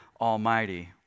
Almighty